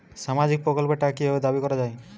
সামাজিক প্রকল্পের টাকা কি ভাবে দাবি করা হয়?